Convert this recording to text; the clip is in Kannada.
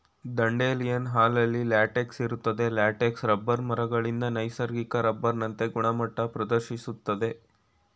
ದಂಡೇಲಿಯನ್ ಹಾಲಲ್ಲಿ ಲ್ಯಾಟೆಕ್ಸ್ ಇರ್ತದೆ ಲ್ಯಾಟೆಕ್ಸ್ ರಬ್ಬರ್ ಮರಗಳಿಂದ ನೈಸರ್ಗಿಕ ರಬ್ಬರ್ನಂತೆ ಗುಣಮಟ್ಟ ಪ್ರದರ್ಶಿಸ್ತದೆ